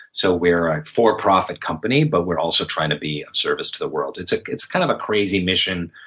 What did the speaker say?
so we're a for profit company, but we're also trying to be of service to the world. it's ah it's kind of a crazy mission.